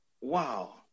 Wow